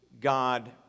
God